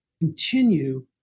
continue